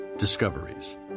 Discoveries